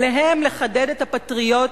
על גבו הם מחדדים את הפטריוטיות.